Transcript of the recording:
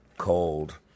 cold